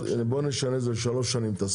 ולכן נשנה את הסעיף הזה לשלוש שנים.